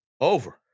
Over